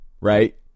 Right